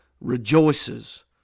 rejoices